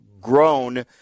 grown